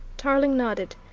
tarling nodded.